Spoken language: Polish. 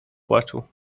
płaczu